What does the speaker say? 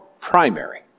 primary